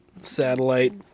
satellite